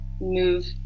move